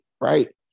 right